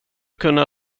kunna